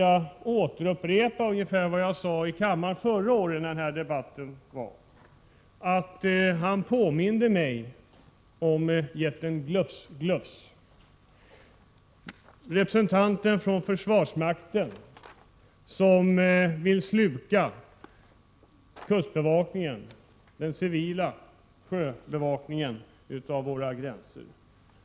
Jag vill upprepa vad jag sade i debatten förra året, nämligen att han påminde mig om jätten Gluff-Gluff — representanten för försvarsmakten, som vill sluka kustbevakningen, den civila sjöbevakningen av våra gränser.